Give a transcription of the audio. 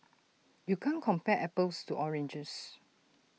you can't compare apples to oranges